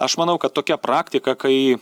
aš manau kad tokia praktika kai